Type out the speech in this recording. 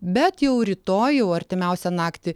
bet jau rytoj jau artimiausią naktį